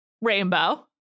Rainbow